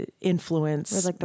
influence